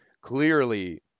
clearly